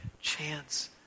chance